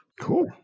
Cool